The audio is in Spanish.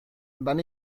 dan